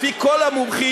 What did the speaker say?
לפי כל המומחים,